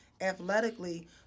athletically